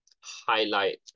highlight